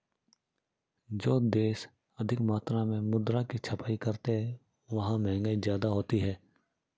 जो देश अधिक मात्रा में मुद्रा की छपाई करते हैं वहां महंगाई ज्यादा होती है